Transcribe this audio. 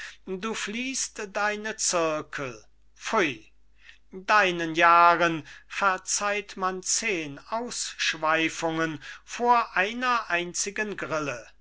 du fliehst mich du fliehst deine zirkel pfui deinen jahren verzeiht man zehn ausschweifungen vor einer einzigen grille